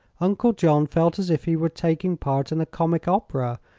uncle john felt as if he were taking part in a comic opera,